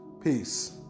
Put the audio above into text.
Peace